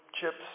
chips